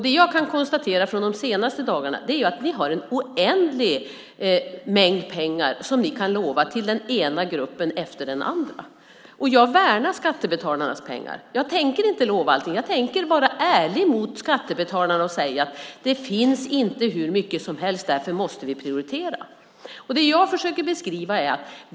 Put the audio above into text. Det jag kan konstatera från de senaste dagarna är att ni har en oändlig mängd pengar som ni kan lova till den ena gruppen efter den andra. Jag värnar om skattebetalarnas pengar. Jag tänker inte lova allting. Jag tänker vara ärlig mot skattebetalarna och säga att det inte finns hur mycket pengar som helst och att vi därför måste prioritera.